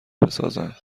بسازند